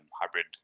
hybrid